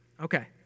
Okay